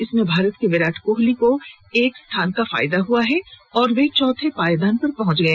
इसमें भारत के विराट कोहली को एक स्थान का फायदा हुआ और वे चौथे पायदान पर पहुंच गए